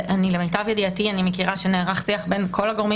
למיטב ידיעתי אני מכירה שנערך שיח בין כל הגורמים